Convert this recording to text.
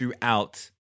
throughout